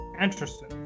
interesting